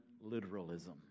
literalism